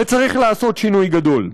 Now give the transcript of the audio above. וצריך לעשות שינוי גדול.